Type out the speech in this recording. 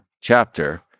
chapter